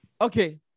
Okay